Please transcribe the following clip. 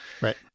Right